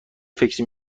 فکری